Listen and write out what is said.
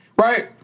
Right